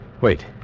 Wait